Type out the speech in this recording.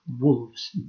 wolves